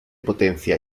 potencia